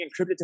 encrypted